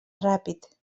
ràpid